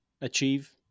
achieve